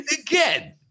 Again